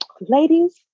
ladies